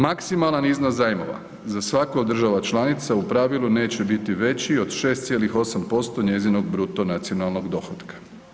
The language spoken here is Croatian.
Maksimalan iznos zajmova za svaku od država članica u pravilu neće biti od 6,8% njezinog bruto nacionalnog dohotka.